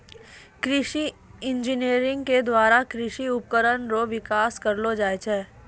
कृषि इंजीनियरिंग द्वारा कृषि उपकरण रो अविष्कार होलो छै